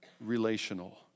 relational